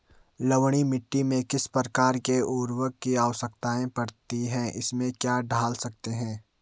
लवणीय मिट्टी में किस प्रकार के उर्वरक की आवश्यकता पड़ती है इसमें क्या डाल सकते हैं?